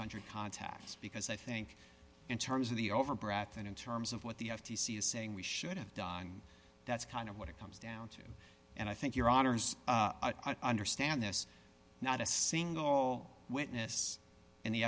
hundred contacts because i think in terms of the over breath and in terms of what the f t c is saying we should have done that's kind of what it comes down to and i think your honour's understand this not a single witness in the